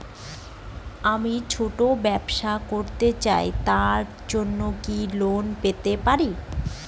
আমি ছোট ব্যবসা করতে চাই তার জন্য কি লোন পেতে পারি?